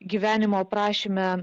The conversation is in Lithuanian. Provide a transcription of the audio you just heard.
gyvenimo aprašyme